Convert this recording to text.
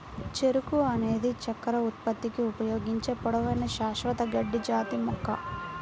చెరకు అనేది చక్కెర ఉత్పత్తికి ఉపయోగించే పొడవైన, శాశ్వత గడ్డి జాతి మొక్క